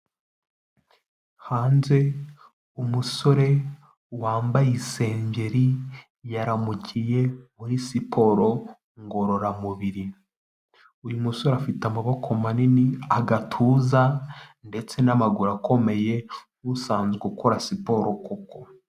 Hanze umusore wambaye isengeri yaramukiye muri siporo ngororamubiri, uyu musore afite amaboko manini, agatuza ndetse n'maguru akomeye nk'usanzwe ukora siporo koko.